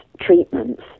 treatments